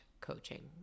coaching